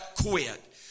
quit